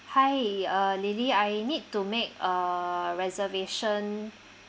hi uh lily I need to make a reservation